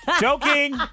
Joking